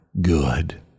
good